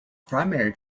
primary